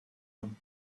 him